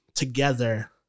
together